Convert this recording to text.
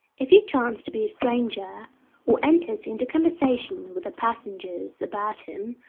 if you chance to be a stranger or enters into conversation with the passengers about him.